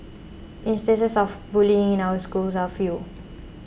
instances of bullying in our schools are few